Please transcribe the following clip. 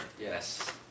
Yes